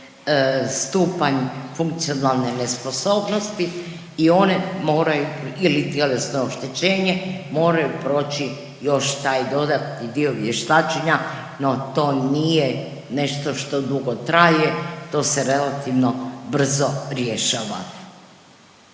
stupanj funkcionalne nesposobnosti i one moraju ili tjelesno oštećenje, moraju proći još taj dodatni dio vještačenja, no to nije nešto što dugo traje, to se relativno brzo rješava.